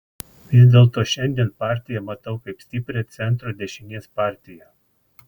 vis dėlto šiandien partiją matau kaip stiprią centro dešinės partiją